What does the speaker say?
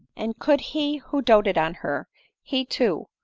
and could he who doated on her he, too,